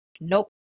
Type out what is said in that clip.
nope